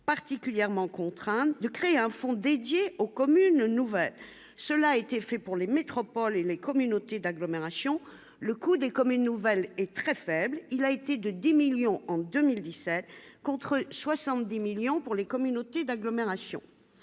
particulièrement contrainte de créer un fonds dédié aux communes nouvelles, cela a été fait pour les métropoles et les communautés d'agglomération, le coût des communes nouvelles est très faible, il a été de 2 millions en 2017. Contre 70 millions pour les communautés d'agglomération,